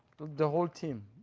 the whole team.